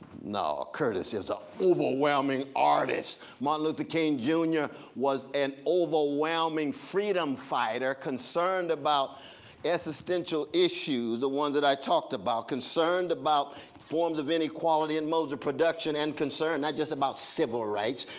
no curtis is an ah overwhelming artist. martin luther king jr was an overwhelming freedom fighter concerned about existential issues. the ones that i talked about. concerned about forms of inequality and modes of production and concern, not just about civil rights,